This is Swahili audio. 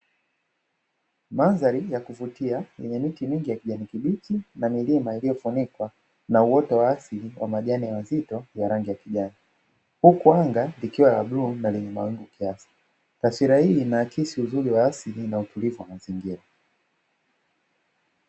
Mandhari ya kuvutia yenye miti mingi ya kijani kibichi na milima iliyo funikwa na uoto wa asali kwa majani mazito ya rangi ya kijani, huku anga likiwa la bluu na lenye mawingu kiasi, taswira hii inaakisi uzuri wa asili na utulivu wa mazingira.